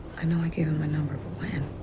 i know i gave him my number, but when?